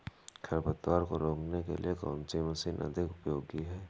खरपतवार को रोकने के लिए कौन सी मशीन अधिक उपयोगी है?